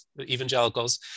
evangelicals